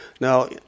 Now